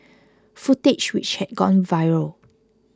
footage which had gone viral